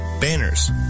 banners